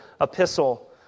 epistle